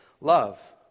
love